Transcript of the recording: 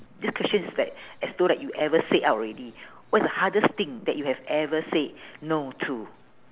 this question is like as though like you ever said out already what is the hardest thing that you have ever said no to